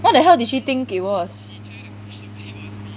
what the hell did she think it was